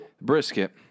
Brisket